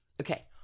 Okay